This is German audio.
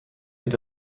wird